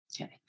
Okay